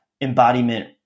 embodiment